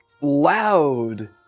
loud